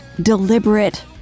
deliberate